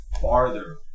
farther